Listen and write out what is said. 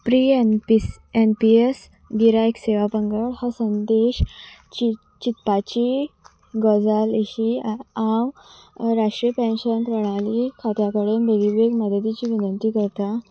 pre N P N P S गिरायक सेवा पंगड हो संदेश चिंतपाची गजाल अशी हांव राष्ट्रीय पेन्शन प्रणाली खात्या कडेन वेगळी वेगळी मदतीची विनंती करतां